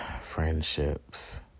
Friendships